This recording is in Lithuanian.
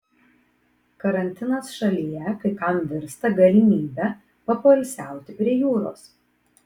karantinas šalyje kai kam virsta galimybe papoilsiauti prie jūros